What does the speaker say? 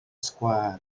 sgwâr